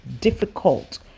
difficult